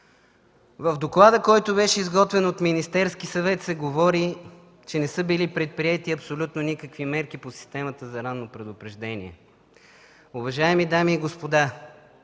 В доклада, който беше изготвен от Министерския съвет, се говори, че не са били предприети абсолютно никакви мерки по системата за ранно предупреждение. Уважаеми дами и господа,